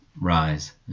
rise